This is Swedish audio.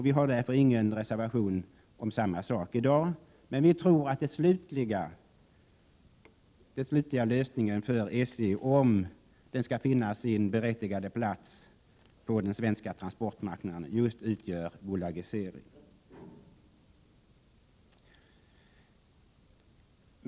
Vi har därför ingen reservation om samma sak i dag, men vi tror att den slutliga lösningen för SJ, om järnvägen skall finna sin berättigade plats på den svenska transportmarknaden, just utgör bolagisering.